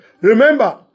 Remember